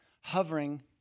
hovering